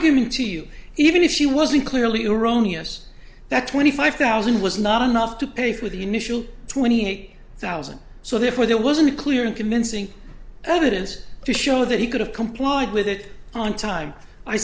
argument to you even if she wasn't clearly erroneous that twenty five thousand was not enough to pay for the initial twenty eight thousand so therefore there wasn't clear and convincing evidence to show that he could have complied with it on time i